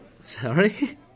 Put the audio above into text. Sorry